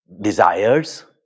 desires